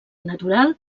natural